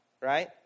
right